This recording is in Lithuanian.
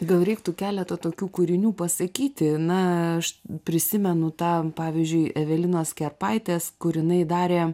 gal reiktų keleto tokių kūrinių pasakyti na aš prisimenu tą pavyzdžiui evelinos kerpaitės kur jinai darė